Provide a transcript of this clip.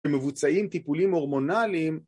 ומבוצעים טיפולים הורמונליים.